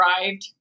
arrived